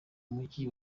mujyi